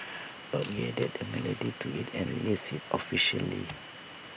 but we added the melody to IT and released IT officially